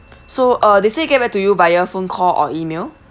so uh they say get back to you via phone call or email